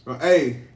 Hey